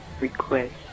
request